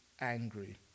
angry